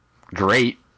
great